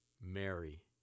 Mary